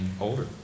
older